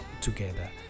together